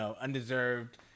undeserved